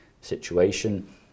situation